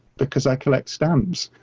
because i collect stamps,